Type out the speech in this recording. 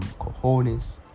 cojones